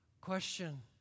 Question